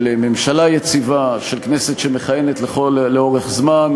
של ממשלה יציבה, של כנסת שמכהנת לאורך זמן